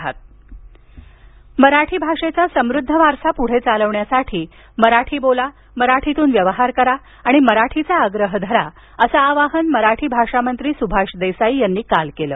मराठी भाषा पंधरवडा मराठी भाषेचा समृद्ध वारसा पुढे चालवण्यासाठी मराठी बोला मराठीतून व्यवहार करा आणि मराठीचा आग्रह धरा असं आवाहन मराठी भाषा मंत्री सुभाष देसाई यांनी काल केलं